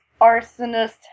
arsonist